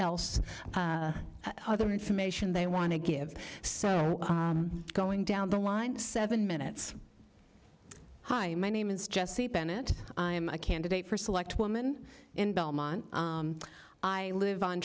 else other information they want to give so going down the line seven minutes hi my name is jesse bennett i am a candidate for select woman in belmont i live on